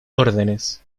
órdenes